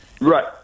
Right